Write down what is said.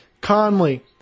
Conley